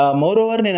moreover